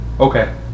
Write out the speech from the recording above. Okay